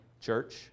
Church